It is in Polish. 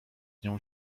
nią